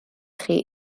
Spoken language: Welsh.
chi